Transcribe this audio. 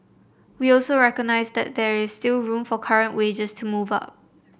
we also recognised that there is still room for current wages to move up